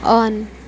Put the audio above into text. on